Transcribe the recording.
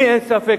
לי אין ספק,